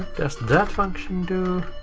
does that function do?